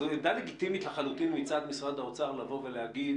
זו עמדה לגיטימית לחלוטין מצד משרד האוצר לבוא ולהגיד